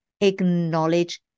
Acknowledge